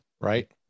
right